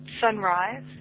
sunrise